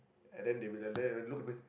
and then they will alert and look at me